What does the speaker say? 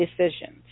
decisions